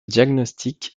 diagnostic